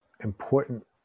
important